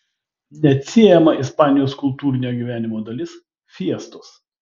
neatsiejama ispanijos kultūrinio gyvenimo dalis fiestos